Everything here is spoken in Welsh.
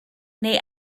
neu